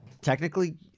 Technically